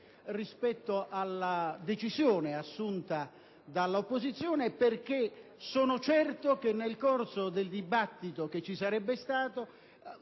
della decisione dell'opposizione, perché sono certo che, nel corso del dibattito che ci sarebbe stato,